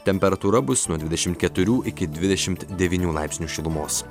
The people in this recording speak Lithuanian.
temperatūra bus nuo dvidešimt keturių iki dvidešimt devynių laipsnių šilumos